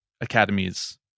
academies